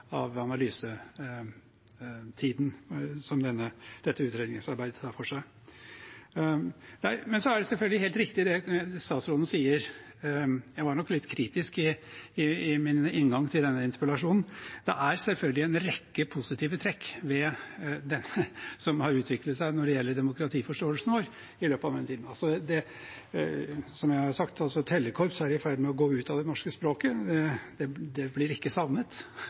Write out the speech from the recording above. analysetiden som dette utredningsarbeidet tar for seg. Men så er det selvfølgelig helt riktig det statsråden sier – jeg var nok litt kritisk i min inngang til denne interpellasjonen – at det er selvfølgelig en rekke positive trekk som har utviklet seg når det gjelder demokratiforståelsen vår i løpet av denne tiden. Som jeg har sagt, er tellekorps i ferd med å gå ut av det norske språket – det blir ikke savnet